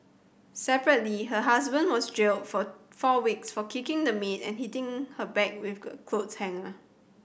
separately her husband was jailed for four weeks for kicking the maid and hitting her back with a clothes hanger